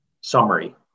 summary